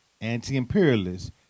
anti-imperialist